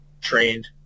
trained